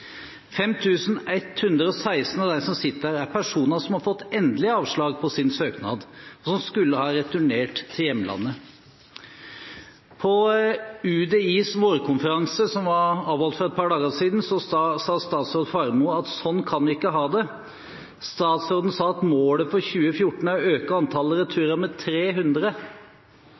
av dem som sitter der, er personer som har fått endelig avslag på sin søknad, og som skulle ha returnert til hjemlandet. På UDIs vårkonferanse, som ble avholdt for et par dager siden, sa statsråd Faremo at sånn kan vi ikke ha det. Statsråden sa at målet for 2014 er å øke antallet returer med 300.